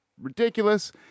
ridiculous